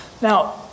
Now